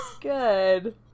good